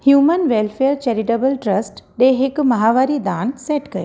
human welfare charitable trust ॾे हिकु माहवारी दान सेट कयो